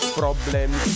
problems